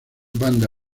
banda